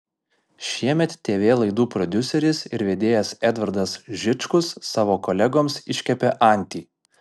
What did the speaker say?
šiemet tv laidų prodiuseris ir vedėjas edvardas žičkus savo kolegoms iškepė antį